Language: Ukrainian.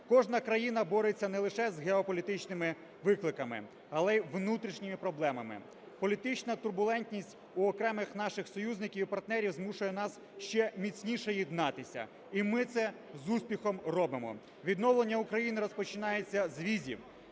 Кожна країна бореться не лише з геополітичними викликами, але й внутрішніми проблемами. Політична турбулентність в окремих наших союзників і партнерів змушує нас ще міцніше єднатися, і ми це з успіхом робимо. Відновлення України розпочинається з візів: